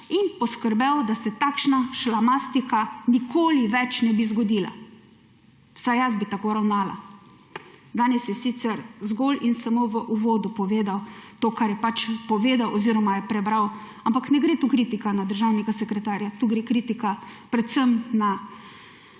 in poskrbel, da se takšna šlamastika nikoli več ne bi zgodila. Vsaj jaz bi tako ravnala. Danes je sicer zgolj in samo v uvodu povedal to, kar je pač povedal oziroma je prebral. Ampak ne gre tu kritika na državnega sekretarja, tu gre kritika predvsem na